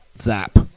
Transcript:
Zap